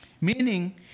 Meaning